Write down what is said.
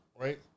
right